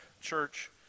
church